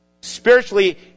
Spiritually